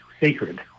sacred